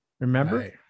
Remember